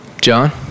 John